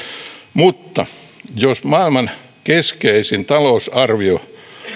mutta jos maailman keskeisin talousarvio